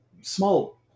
Small